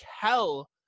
hell